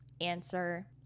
answer